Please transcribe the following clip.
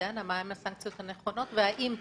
היא דנה על מה הן הסנקציות הנכונות, האם צריך.